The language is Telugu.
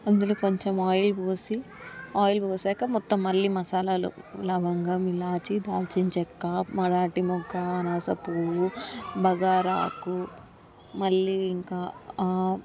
అందులో కొంచెం ఆయిల్ పోసి ఆయిల్ పోసాక మొత్తం మళ్ళీ మసాలాలు లవంగం ఇలాచీ దాల్చిన చెక్క మరాఠీ మొగ్గ అనాసపువ్వు బగారా ఆకు మళ్ళీ ఇంకా